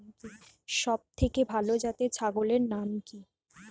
সবথেকে ভালো জাতের ছাগলের নাম কি?